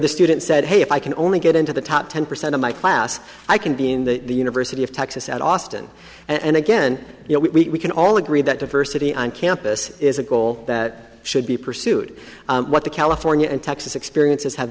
the student said hey if i can only get into the top ten percent of my class i can be in the university of texas at austin and again you know we can all agree that diversity on campus is a goal that should be pursued what the california and texas experiences have